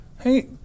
hey